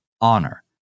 honor